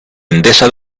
endesa